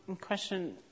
question